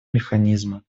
механизма